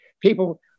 People